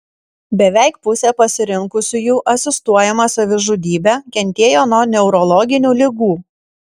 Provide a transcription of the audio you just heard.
beveik pusė pasirinkusiųjų asistuojamą savižudybę kentėjo nuo neurologinių ligų